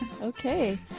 Okay